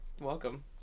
welcome